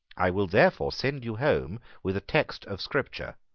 i will therefore send you home with a text of scripture,